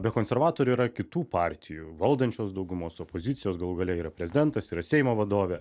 be konservatorių yra kitų partijų valdančios daugumos opozicijos galų gale yra prezidentas yra seimo vadovė